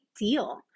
deal